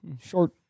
Short